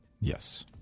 Yes